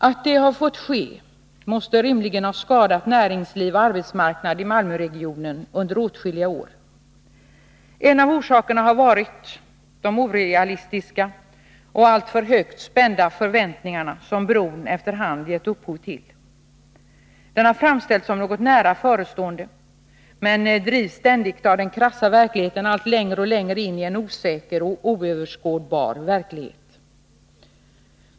Att detta har fått ske måste rimligen ha skadat näringsliv och arbetsmark nad i Malmöregionen under åtskilliga år. En av orsakerna har varit de orealistiska och alltför högt ställda förväntningar som bron efter hand gett upphov till. Den har framställts som något nära förestående, men den drivs ständigt av den krassa verkligheten allt längre in i osäkerhet och oöverskådbarhet.